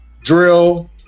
drill